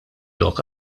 lok